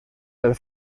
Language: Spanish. del